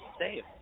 save